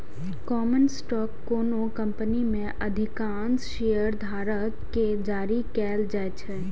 common stock कोनो company मे अधिकांश शेयरधारक कें जारी कैल जाइ छै